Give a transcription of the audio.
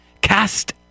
Cast